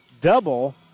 double